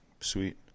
Sweet